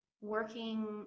working